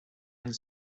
and